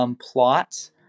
plot